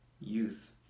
youth